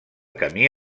camí